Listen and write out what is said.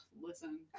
listen